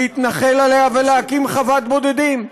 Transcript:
להתנחל עליה ולהקים חוות בודדים?